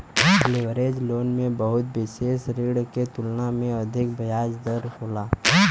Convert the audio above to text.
leverage loan में विसेष ऋण के तुलना में अधिक ब्याज दर होला